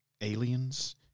aliens